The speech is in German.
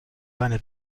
seine